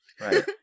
Right